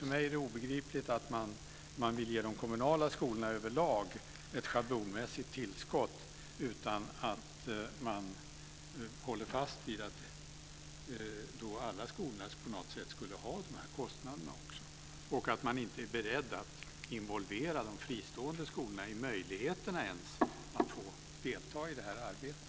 För mig är det obegripligt att man vill ge de kommunala skolorna över lag ett schablonmässigt tillskott utan att man håller fast vid att alla skolor på något sätt också skulle ha de här kostnaderna och att man inte är beredd att involvera de fristående skolorna ens i möjligheterna att få delta i det arbetet.